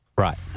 Right